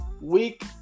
Week